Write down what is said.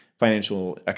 financial